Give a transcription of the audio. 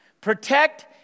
protect